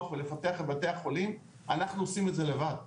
ולפתח את בתי החולים ואנחנו עושים את זה לבד.